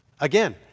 Again